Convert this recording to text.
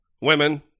women